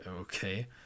okay